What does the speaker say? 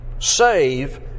Save